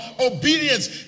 obedience